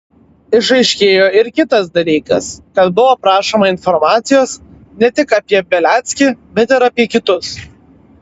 išaiškėjo ir kitas dalykas kad buvo prašoma informacijos ne tik apie beliackį bet ir apie kitus